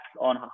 on